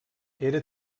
era